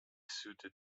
suited